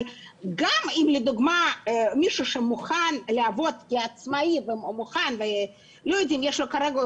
אבל גם מישהו שמוכן לעבוד כעצמאי וכרגע יכול